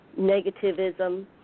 negativism